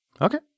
Okay